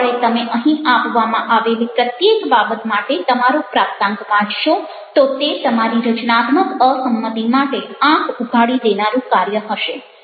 જે પળે તમે અહીં આપવામાં આવેલી પ્રત્યેક બાબત માટે તમારો પ્રાપ્તાંક વાંચશો તો તે તમારી રચનાત્મક અસંમતિ માટે આંખ ઉઘાડી દેનારું કાર્ય હશે